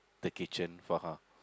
the kitchen for her